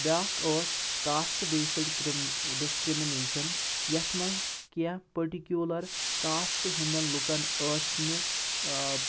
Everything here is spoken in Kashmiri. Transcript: بیٛاکھ ٲس کاسٹ بیسٕڈ ڈِسکرٛمنیشَن یَتھ منٛز کینٛہہ پٔٹِکیوٗلَر کاسٹ ہِنٛدٮ۪ن لُکن ٲسۍ نہٕ